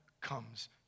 comes